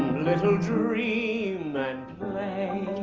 little dream and play